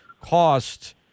cost